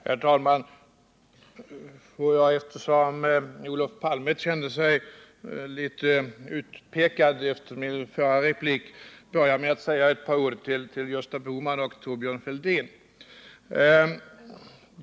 Herr talman! Får jag, eftersom Olof Palme kände sig litet utpekad efter min förra replik, börja med att säga ett par ord till Gösta Bohman och Thorbjörn Fälldin.